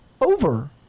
over